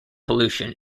pollution